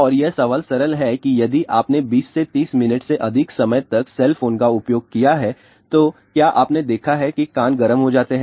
और यह सवाल सरल है कि यदि आपने 20 से 30 मिनट से अधिक समय तक सेल फोन का उपयोग किया है तो क्या आपने देखा है कि कान गर्म हो जाते हैं